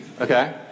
okay